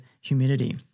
humidity